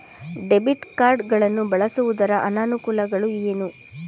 Debit card ಗಳನ್ನು ಬಳಸುವುದರ ಅನಾನುಕೂಲಗಳು ಏನು?